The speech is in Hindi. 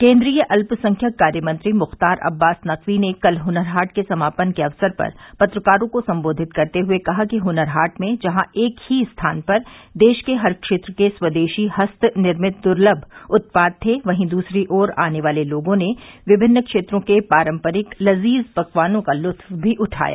केन्द्रीय अल्पसंख्यक कार्यमंत्री मुख्तार अब्बास नकवी ने कल हुनर हॉट के समापन अवसर पर पत्रकारों को सम्बोधित करते हुए कहा कि हनर हॉट में जहां एक ही स्थान पर देश के हर क्षेत्र के स्वदेशी हस्त निर्मित दुर्लभ उत्पाद उपलब्ध थे वहीं दूसरी ओर यहां आने वाले लोगों ने विभिन्न क्षेत्रों के पारंपरिक लजीज पकवानों का लुत्क भी उठाया